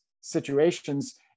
situations